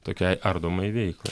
tokiai ardomai veiklai